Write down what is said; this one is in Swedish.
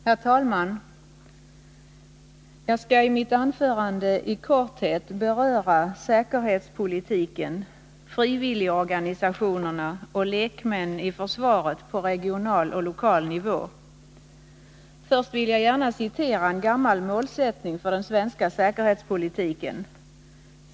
Herr talman! Jag skall i mitt anförande i korthet beröra säkerhetspolitiken, frivilligorganisationerna och lekmän i försvaret på regional och lokal nivå. Först vill jag gärna citera en gammal målsättning för den svenska säkerhetspolitiken.